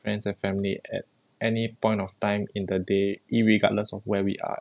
friends and family at any point of time in the day irregardless of where we are